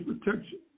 protection